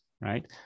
right